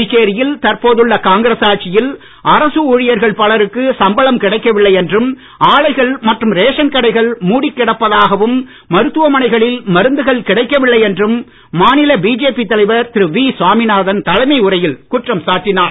புதுச்சேரியில் தற்போதுள்ள காங்கிரஸ் ஆட்சியில் அரசு ஊழியர்கள் பலருக்கு சம்பளம் கிடைக்கவில்லை என்றும் ஆலைகள் மற்றும் ரேசன் கடைகள் மூடிக்கிடப்பதாகவும் மருத்துவமனைகளில் மருந்துகள் கிடைக்கவில்லை என்றும் மாநில பிஜேபி தலைவர் திரு வி சாமிநாதன் தலைமை உரையில் குற்றம் சாட்டினார்